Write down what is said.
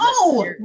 No